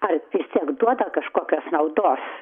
ar vistiek duoda kažkokios naudos